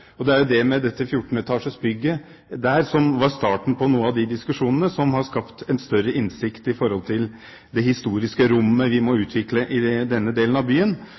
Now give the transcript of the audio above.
Det var dette 14 etasjers bygget der som var starten på mange av disse diskusjonene, og som har skapt en større innsikt når det gjelder det historiske rommet vi må utvikle i denne delen av byen